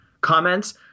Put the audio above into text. comments